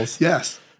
Yes